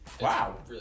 wow